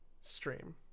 stream